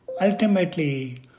ultimately